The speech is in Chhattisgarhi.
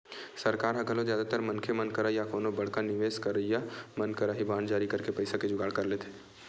सरकार ह घलो जादातर मनखे मन करा या कोनो बड़का निवेस करइया मन करा ही बांड जारी करके पइसा के जुगाड़ कर लेथे